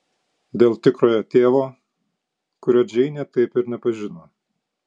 dėl tikrojo tėvo kurio džeinė taip ir nepažino